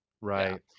Right